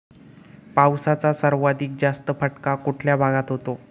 पावसाचा सर्वाधिक जास्त फटका कुठल्या भागात होतो?